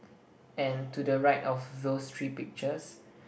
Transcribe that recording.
and to the right of those three pictures